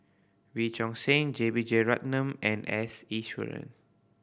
Wee Choon Seng J B Jeyaretnam and S Iswaran